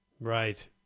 Right